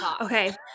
Okay